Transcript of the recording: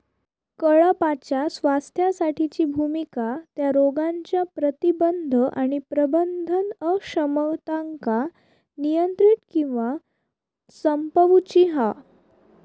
कळपाच्या स्वास्थ्यासाठीची भुमिका त्या रोगांच्या प्रतिबंध आणि प्रबंधन अक्षमतांका नियंत्रित किंवा संपवूची हा